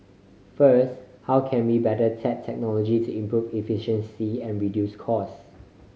first how can we better tap technology to improve efficiency and reduce cost